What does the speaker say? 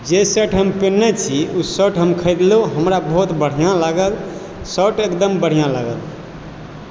जे शर्ट हम पेन्हने छी ओ शर्ट हम खरीदलहुँ हमरा बहुत बढ़िआँ लागल शर्ट एकदम बढ़िआँ लागल